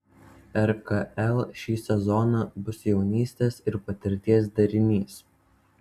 rkl šį sezoną bus jaunystės ir patirties derinys